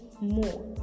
more